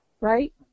Right